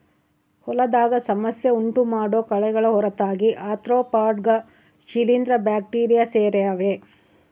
ಹೊಲದಾಗ ಸಮಸ್ಯೆ ಉಂಟುಮಾಡೋ ಕಳೆಗಳ ಹೊರತಾಗಿ ಆರ್ತ್ರೋಪಾಡ್ಗ ಶಿಲೀಂಧ್ರ ಬ್ಯಾಕ್ಟೀರಿ ಸೇರ್ಯಾವ